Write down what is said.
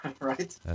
Right